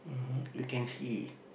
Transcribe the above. you can see